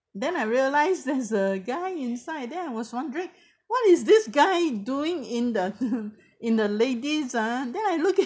then I realised there's a guy inside then I was wondering what is this guy doing in the in the ladies ah then I look at